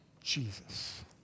Jesus